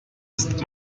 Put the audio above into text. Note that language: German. ist